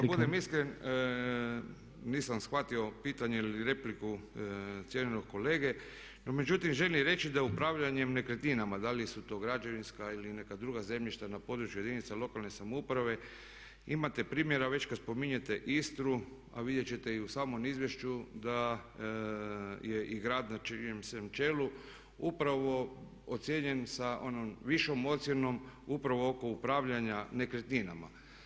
Da budem iskren nisam shvatio pitanje ili repliku cijenjenog kolege, no međutim želim reći da upravljanje nekretninama, da li su to građevinska ili neka druga zemljišta, na području jedinica lokalne samouprave imate primjera već kad spominjete Istru, a vidjet ćete i u samom izvješću da je i grad na čijem sam čelu upravo ocijenjen sa onom višom ocjenom upravo oko upravljanja nekretninama.